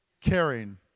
caring